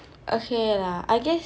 okay lah I guess